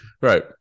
right